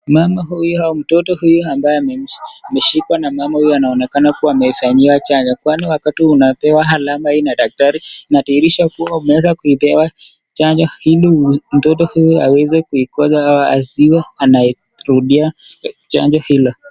Mama huyu ama mtoto huyu ambaye ameshikwa na mama huyu anaonekana kuwa amefanyiwa chanjo kwani wakati unapewa alama hii na daktari, inadhihirisha kuwa umeweza kuipewa chanjo ili mtoto huyu aweze kuikosa au asiwe anarudia chanjo hilo.